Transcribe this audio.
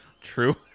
True